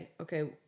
okay